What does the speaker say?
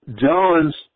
John's